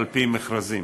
על-פי מכרזים.